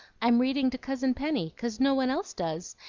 i'm reading to cousin penny, cause no one else does,